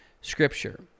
scripture